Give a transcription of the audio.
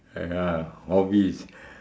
ha ha hobbies